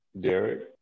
Derek